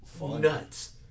nuts